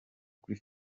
kuri